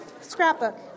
Scrapbook